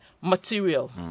material